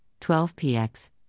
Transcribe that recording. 12px